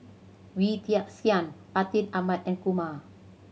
Wee Tian Siak Atin Amat and Kumar